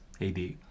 AD